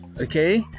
okay